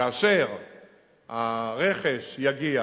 כאשר הרכש יגיע